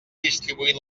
distribuir